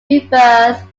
rebirth